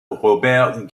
robert